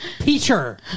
Peter